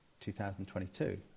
2022